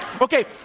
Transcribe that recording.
Okay